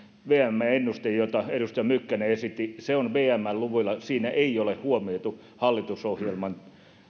vmn ennuste jota edustaja mykkänen esitti se on vmn luvuilla siinä ei ole huomioitu hallitusohjelman